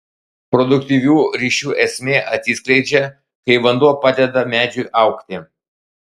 produktyvių ryšių esmė atsiskleidžia kai vanduo padeda medžiui augti